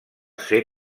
ser